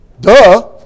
Duh